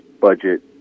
budget